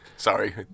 Sorry